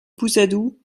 pousadou